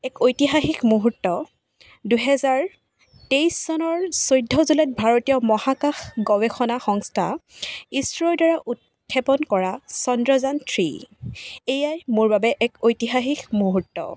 এক ঐতিহাসিক মূহুৰ্ত দুহেজাৰ তেইছ চনৰ চৈধ্য জুলাইত ভাৰতীয় মহাকাশ গৱেষণা সংস্থা ইছৰোৰ দ্বাৰা উৎক্ষেপন কৰা চন্দ্ৰযান থ্ৰী এইয়াই মোৰ বাবে এক ঐতিহাসিক মূহুৰ্ত